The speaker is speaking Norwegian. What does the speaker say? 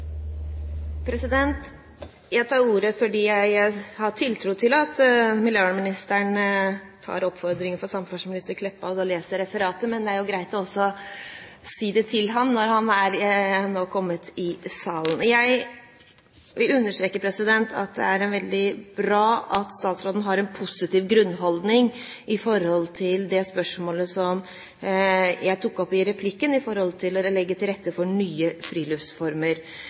at miljøvernministeren tar oppfordringen fra samferdselsminister Meltveit Kleppa om å lese referatet, men det er greit også å si det til ham når han nå har kommet i salen. Jeg vil understreke at det er veldig bra at statsråden har en positiv grunnholdning til det spørsmålet som jeg tok opp i replikken, om å legge til rette for nye friluftsformer.